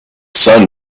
sun